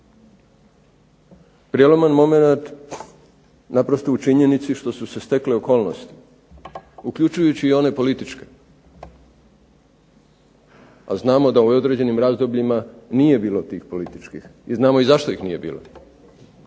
Prijeloman momenat naprosto u činjenici što su se stekle okolnosti, uključujući i one političke, a znamo da u određenim razdobljima nije bilo tih politički i znamo i zašto ih nije bilo,